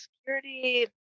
security